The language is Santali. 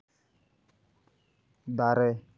ᱫᱟᱨᱮ